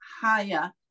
higher